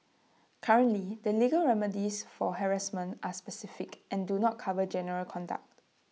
currently the legal remedies for harassment are specific and do not cover general conduct